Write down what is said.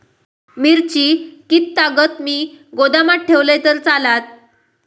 मिरची कीततागत मी गोदामात ठेवलंय तर चालात?